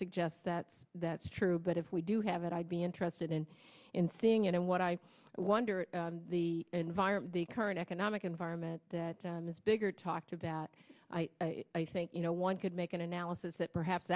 suggests that that's true but if we do have it i'd be interested and in seeing you know what i wonder the environment the current economic environment that is bigger talked about i think you know one could make an analysis that perhaps